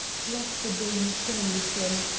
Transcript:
black the day you saw me, sim!